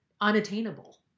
unattainable